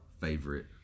Favorite